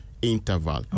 Interval